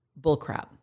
bullcrap